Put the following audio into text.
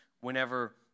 whenever